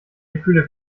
gefühle